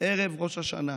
ערב ראש השנה,